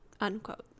unquote